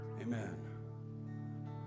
Amen